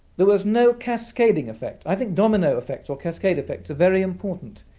there was no cascading effect. i think domino effect, or cascade effects are very important,